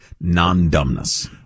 non-dumbness